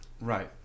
Right